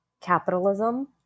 capitalism